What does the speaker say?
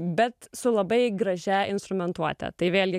bet su labai gražia instrumentuote tai vėlgi